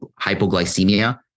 hypoglycemia